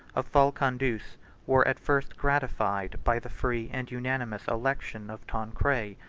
of falcandus were at first gratified by the free and unanimous election of tancred,